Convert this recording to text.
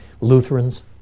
Lutherans